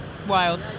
Wild